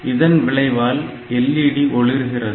இதன் விளைவால் LED ஒளிர்கிறது